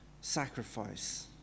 sacrifice